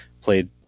played